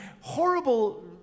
horrible